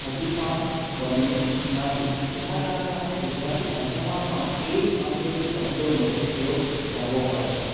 હજી પણ બન્યું નથી જેના કારણે આપણે ગુજરાતી ભાષામાં પણ એ જ અંગ્રેજી શબ્દોનો ઉપયોગ કરવો પડે છે